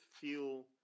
feel